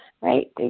right